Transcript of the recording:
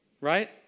Right